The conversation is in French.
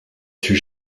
sut